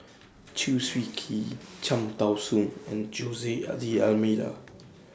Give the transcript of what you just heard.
Chew Swee Kee Cham Tao Soon and Jose D'almeida